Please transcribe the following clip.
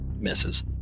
misses